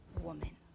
woman